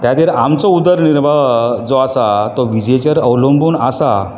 त्या खातीर आमचो उदर निर्वह जो आसा तो विजेचेर अवलंबून आसा